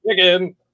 chicken